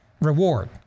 Reward